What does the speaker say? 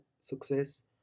success